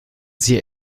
sie